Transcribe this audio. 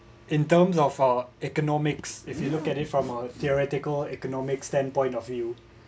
in terms of uh economics if you looked at it from a theoretical economic stand point of view